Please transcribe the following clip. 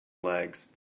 legs